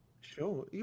Sure